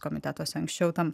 komitetuose anksčiau tam